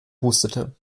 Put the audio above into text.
hustete